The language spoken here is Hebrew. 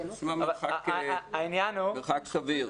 זה מרחק סביר.